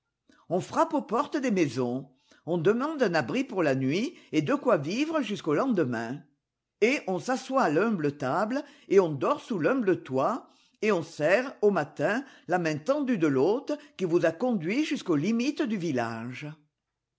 on frappe aux portes des maisons on demande un abri pour la nuit et de quoi vivre jusqu'au lendemain et on s'asseoit à l'humble table et on dort sous l'humble toit et on serre au matin la main tendue de l'hôte qui vous a conduit jusqu'aux limites du village